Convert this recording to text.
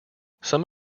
some